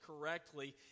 correctly